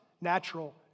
Natural